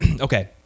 Okay